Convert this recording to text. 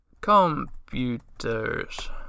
computers